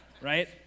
Right